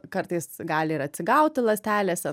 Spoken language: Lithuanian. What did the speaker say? kartais gali ir atsigauti ląstelėse